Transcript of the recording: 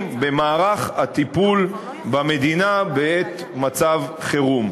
במערך הטיפול במדינה בעת מצב חירום.